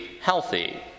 healthy